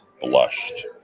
blushed